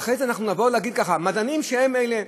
ואחרי זה אנחנו נבוא ונגיד ככה: מדענים שהם אלה,